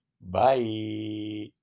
Bye